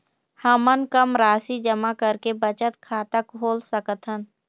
हमन कम राशि जमा करके बचत खाता खोल सकथन?